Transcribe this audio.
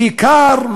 כיכר,